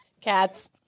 cats